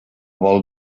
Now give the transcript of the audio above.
vol